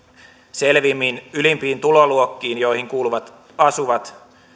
selvimmin ylimpiin tuloluokkiin joihin kuuluvat asuvat